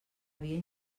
havia